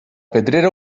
pedrera